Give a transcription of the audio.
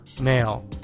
male